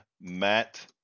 matt